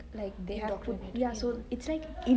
indoctrine brain